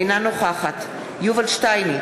אינה נוכחת יובל שטייניץ,